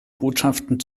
botschaften